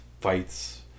fights